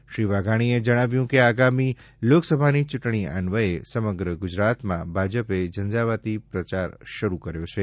શ્રીજીતુભાઈ વાઘાણીએ જણાવ્યું છે કે આગામી લોકસભાની ચૂંટણી અન્વયે સમગ્ર ગુજરાતમાં ભાજપે ઝંઝાવાતી પ્રચાર શરૂ કર્યો છે